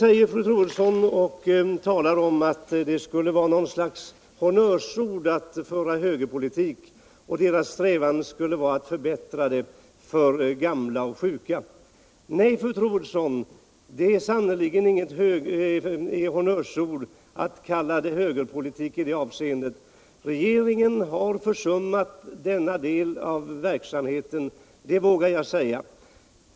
Fru Troedsson säger att högerpolitik skulle vara något slags honnörsord och att regeringen strävar till att åstadkomma förbättringar för gamla och sjuka. Nej, fru Troedsson, det är sannerligen inget honnörsord när det talas om högerpolitik i det sammanhanget. Regeringen har försummat denna del av den samhälleliga verksamheten — det vågar jag säga.